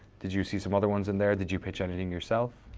did you see some other ones in there? did you pitch anything yourself?